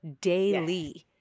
daily